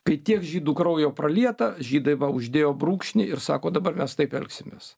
kai tiek žydų kraujo pralieta žydai va uždėjo brūkšnį ir sako dabar mes taip elgsimės